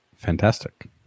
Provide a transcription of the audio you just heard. Fantastic